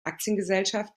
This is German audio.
aktiengesellschaft